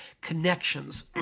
connections